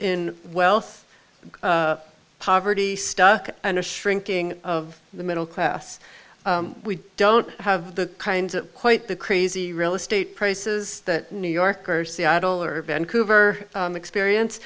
in wealth poverty stuck in a shrinking of the middle class we don't have the kinds of quite the crazy real estate prices that new yorkers seattle or vancouver experience